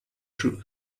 truth